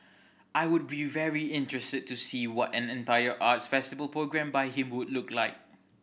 I would be very interested to see what an entire arts festival programmed by him would look like